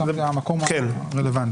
שם זה המקום הרלוונטי.